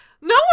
No